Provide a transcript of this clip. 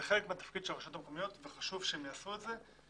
זה חלק מתפקיד הרשויות המקומיות וחשוב שהם יעשו את זה.